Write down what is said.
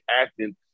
acting